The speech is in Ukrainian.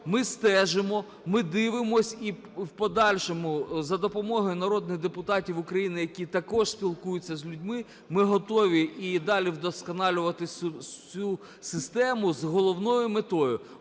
Ми стежимо, ми дивимося, і в подальшому за допомогою народних депутатів України, які також спілкуються з людьми, ми готові і далі вдосконалювати цю систему, з головною метою: